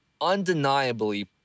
undeniably